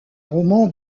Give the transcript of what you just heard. roman